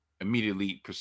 immediately